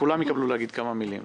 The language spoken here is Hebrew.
כולם יקבלו להגיד כמה מילים.